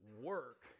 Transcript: work